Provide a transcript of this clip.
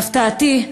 להפתעתי,